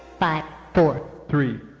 but four three